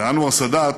ואנואר סאדאת,